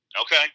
Okay